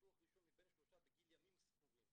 ניתוח ראשון מבין שלושה בגיל ימים ספורים.